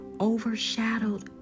overshadowed